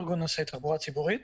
ארגון נוסעי התחבורה הציבורית.